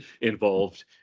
involved